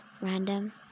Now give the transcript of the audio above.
random